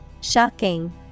shocking